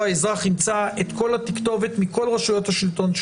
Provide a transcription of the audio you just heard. האזרח ימצא את כל התכתובת מכל רשויות השלטון.